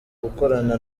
gukorana